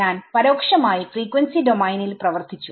ഞാൻ പരോക്ഷമായി ഫ്രീക്വൻസി ഡോമൈനിൽ പ്രവർത്തിച്ചു